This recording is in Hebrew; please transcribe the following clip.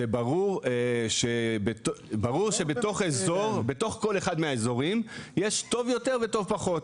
ברור שבתוך כל אחד מהאזורים יש טוב יותר וטוב פחות,.